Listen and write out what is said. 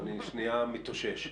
אני שניה מתאושש.